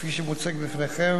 כפי שמוצגת בפניכם,